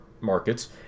markets